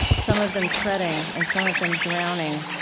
some of them treading and some of them drowning,